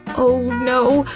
oh no!